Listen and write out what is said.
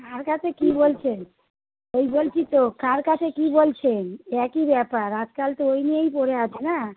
কার কাছে কী বলছেন সেই বলছি তো কার কাছে কী বলছেন একই ব্যাপার আজকাল তো এই নিয়েই পড়ে আছে না